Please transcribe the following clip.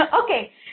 okay